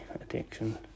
addiction